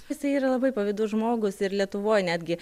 jisai yra labai pavydus žmogus ir lietuvoj netgi